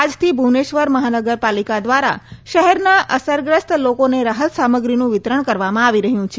આજથી ભુવનેશ્વર મહાનગર પાલિકા દ્વારા શહેરના અસરગ્રસ્ત લોકોને રાહત સામગ્રીનું વિતરણ કરવામાં આવીરહ્યું છે